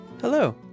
Hello